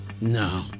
No